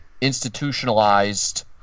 institutionalized